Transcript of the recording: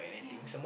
ya